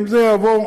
אם זה יעבור,